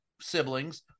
siblings